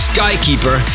Skykeeper